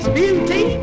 beauty